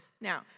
Now